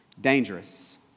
Dangerous